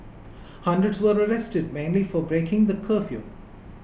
hundreds were arrested mainly for breaking the curfew